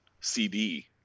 CD